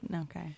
Okay